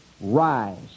rise